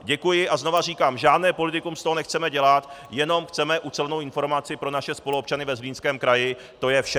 Děkuji a znovu říkám, žádné politikum z toho nechceme dělat, jenom chceme ucelenou informaci pro naše spoluobčany ve Zlínském kraji, to je vše.